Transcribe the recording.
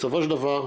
בסופו של דבר,